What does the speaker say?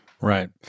Right